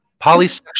polysexual